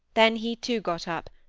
then he too got up,